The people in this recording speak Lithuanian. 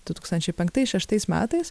du tūkstančiai penktais šeštais metais